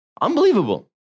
Unbelievable